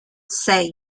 say